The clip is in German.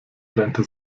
rente